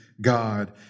God